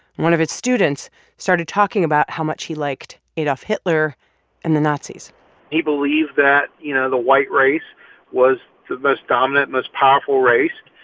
one of his students started talking about how much he liked adolf hitler and the nazis he believed that, you know, the white race was the most dominant, most powerful race.